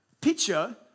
Picture